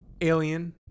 Alien